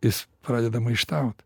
jis pradeda maištaut